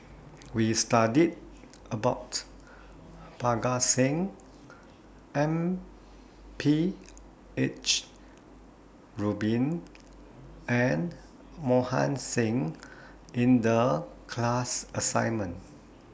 We studied about Parga Singh M P H Rubin and Mohan Singh in The class assignment